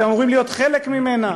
אתם אמורים להיות חלק ממנה.